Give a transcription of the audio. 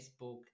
Facebook